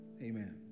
Amen